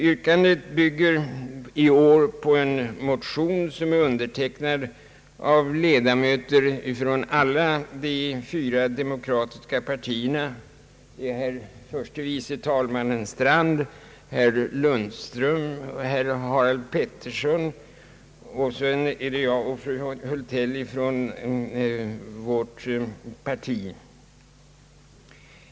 Yrkandet bygger i år på en motion som är undertecknad av ledamöter av alla de fyra demokratiska partierna. Det är herr förste vice talmannen Strand, herr Birger Lundström, herr Harald Pettersson samt fru Hultell och jag från vårt parti som har undertecknat den.